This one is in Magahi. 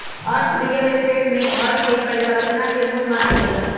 अर्थ रियल स्टेट में घर के परिकल्पना के मूल मानल जाई छई